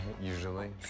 Usually